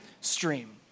stream